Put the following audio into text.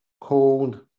called